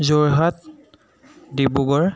Jorhat Dibrugarh